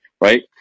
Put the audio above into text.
right